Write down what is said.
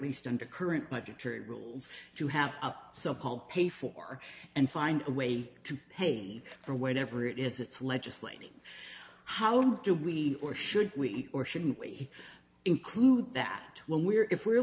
least under current budgetary rules to have so called pay for and find a way to pay for whatever it is it's legislating how do we or should we or shouldn't we include that when we're if we're